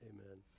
Amen